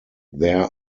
there